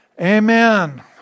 Amen